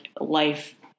life